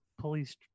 police